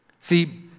See